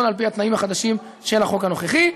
על-פי התנאים החדשים של החוק הנוכחי.